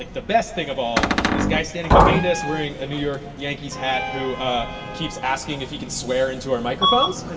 the best thing of all, this guy standing behind us wearing a new york yankees hat who keeps asking if he can swear into our microphones